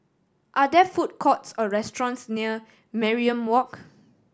are there food courts or restaurants near Mariam Walk